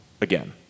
again